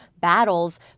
battles